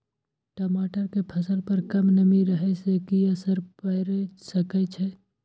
टमाटर के फसल पर कम नमी रहै से कि असर पैर सके छै?